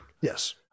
Yes